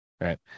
Right